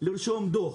לרשום דוח.